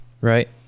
right